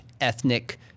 ethnic